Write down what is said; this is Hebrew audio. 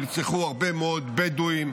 נרצחו הרבה מאוד בדואים.